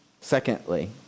Secondly